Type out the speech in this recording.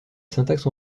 syntaxe